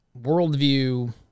worldview